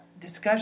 discussion